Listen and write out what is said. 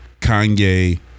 Kanye